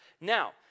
Now